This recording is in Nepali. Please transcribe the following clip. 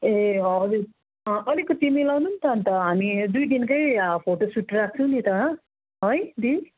ए हजुर अलिकति मिलाउनु नि त अन्त हामी दुई दिनकै फोटोसुट राख्छौँ नि त है दी